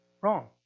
Wrong